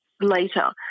later